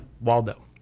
Waldo